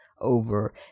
over